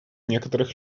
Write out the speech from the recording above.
некоторых